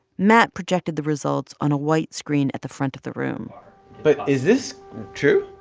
matt projected the results on a white screen at the front of the room but is this true?